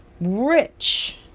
rich